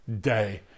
day